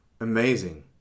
Amazing